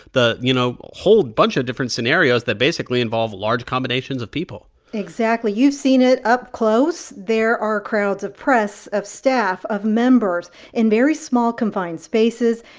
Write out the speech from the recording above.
you know, whole bunch of different scenarios that basically involve large combinations of people exactly. you've seen it up close, there are crowds of press, of staff, of members in very small confined spaces.